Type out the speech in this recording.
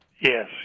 Yes